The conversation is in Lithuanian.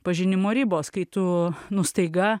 pažinimo ribos kai tu nu staiga